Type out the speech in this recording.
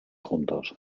juntos